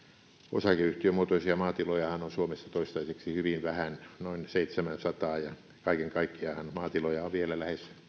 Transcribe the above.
osakeyhtiömuotoisia maatilojahan on suomessa toistaiseksi hyvin vähän noin seitsemänsataa ja kaiken kaikkiaanhan maatiloja on vielä lähes